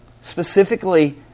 specifically